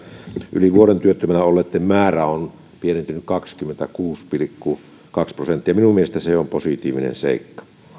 yli vuoden työttömänä olleitten määrä on pienentynyt kaksikymmentäkuusi pilkku kaksi prosenttia minun mielestäni se on positiivinen seikka